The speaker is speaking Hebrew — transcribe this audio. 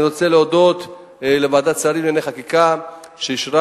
אני רוצה להודות לוועדת שרים לענייני חקיקה שאישרה